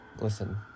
Listen